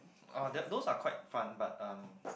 uh those those are quite fun but um